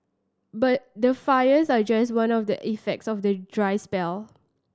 but the fires are just one of the effects of the dry spell